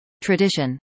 tradition